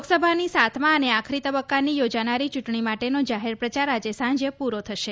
લોકસભાની સાતમા અને આખરી તબક્કાની યોજાનારી ચૂંટણી માટેનો જાહેર પ્રચાર આજે સાંજે પૂરો થશે